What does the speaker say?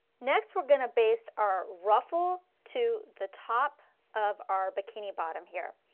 next we are going to baste our ruffle to the top of our bikini bottom here.